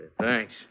Thanks